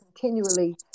continually